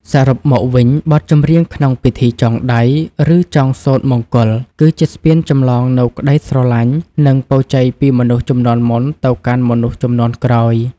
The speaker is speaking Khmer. សរុបមកវិញ បទចម្រៀងក្នុងពិធីចងដៃ ឬចងសូត្រមង្គល គឺជាស្ពានចម្លងនូវក្តីស្រឡាញ់ និងពរជ័យពីមនុស្សជំនាន់មុនទៅកាន់មនុស្សជំនាន់ក្រោយ។